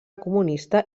comunista